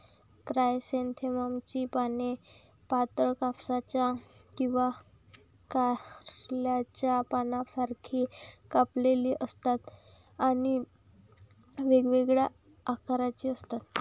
क्रायसॅन्थेममची पाने पातळ, कापसाच्या किंवा कारल्याच्या पानांसारखी कापलेली असतात आणि वेगवेगळ्या आकाराची असतात